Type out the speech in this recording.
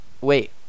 wait